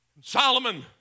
Solomon